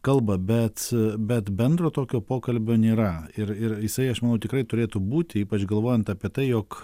kalba bet bet bendro tokio pokalbio nėra ir ir jisai aš manau tikrai turėtų būti ypač galvojant apie tai jog